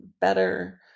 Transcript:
better